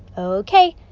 ok,